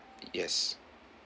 yes